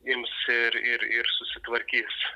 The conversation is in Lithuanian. ims ir ir ir susitvarkys